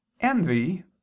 envy